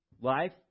life